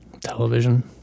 television